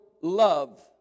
love